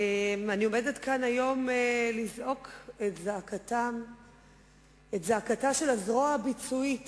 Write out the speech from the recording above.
אני עומדת כאן היום לזעוק את זעקתה של הזרוע הביצועית